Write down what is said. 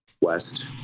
west